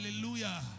Hallelujah